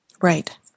Right